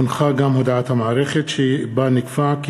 כי הונחה גם הודעת המערכת שבה נקבע כי